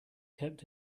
kept